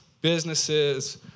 businesses